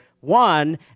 one